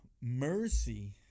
Mercy